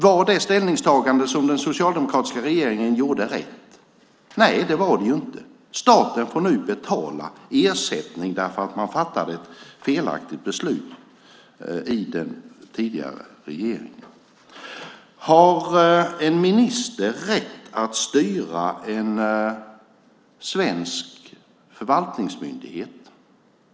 Var det ställningstagande som den socialdemokratiska regeringen gjorde rätt? Nej, det var det inte. Staten får nu betala ersättning därför att man fattade ett felaktigt beslut i den tidigare regeringen. Har en minister rätt att styra en svensk förvaltningsmyndighet?